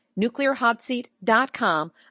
nuclearhotseat.com